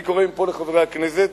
אני קורא מפה לחברי הכנסת,